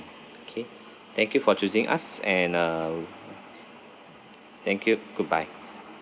okay thank you for choosing us and uh thank you goodbye